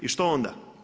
I što onda?